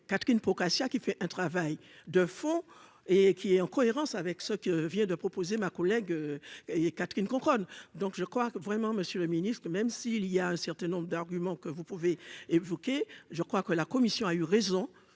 Catherine Procaccia, qui fait un travail de fond et qui est en cohérence avec ce que vient de proposer ma collègue et Catherine Conconne donc je crois que vraiment, Monsieur le Ministre, même s'il y a un certain nombre d'arguments que vous pouvez évoquer, je crois que la commission a eu raison,